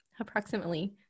approximately